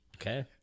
Okay